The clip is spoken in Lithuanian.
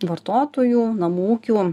vartotojų namų ūkių